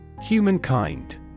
Humankind